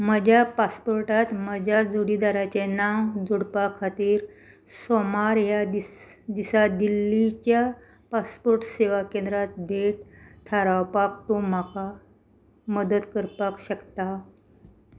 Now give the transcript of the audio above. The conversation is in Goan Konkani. म्हज्या पासपोर्टांत म्हज्या जोडीदाराचें नांव जोडपा खातीर सोमार ह्या दीस दिसा दिल्लीच्या पासपोर्ट सेवा केंद्रांत भेट थारावपाक तूं म्हाका मदत करपाक शकता